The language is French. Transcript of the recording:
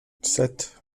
sept